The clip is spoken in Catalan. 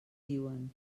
diuen